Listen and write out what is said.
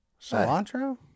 Cilantro